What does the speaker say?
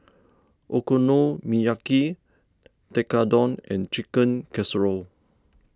Okonomiyaki Tekkadon and Chicken Casserole